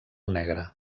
negra